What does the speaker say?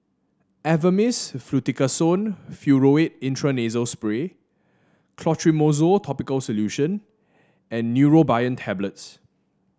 Avamys Fluticasone Furoate Intranasal Spray Clotrimozole Topical Solution and Neurobion Tablets